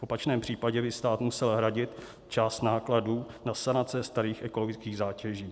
V opačném případě by stát musel hradit část nákladů na sanace starých ekologických zátěží.